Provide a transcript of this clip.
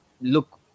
look